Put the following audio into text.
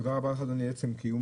תודה רבה לך, אדוני, על עצם קיום